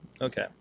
Okay